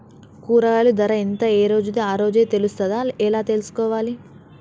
కూరగాయలు ధర ఎంత ఏ రోజుది ఆ రోజే తెలుస్తదా ఎలా తెలుసుకోవాలి?